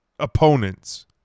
opponents